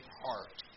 heart